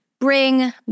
bring